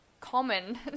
common